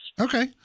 Okay